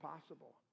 possible